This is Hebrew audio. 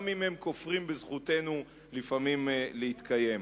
גם אם הם כופרים לפעמים בזכותנו להתקיים.